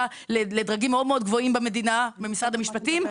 לדרגים מאוד גבוהים במדינה במשרד המשפטים,